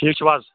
ٹھیٖک چھُو حظ